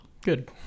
Good